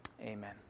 Amen